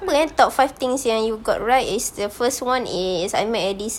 apa ah top five things yang you got right is the first one is I made a deci~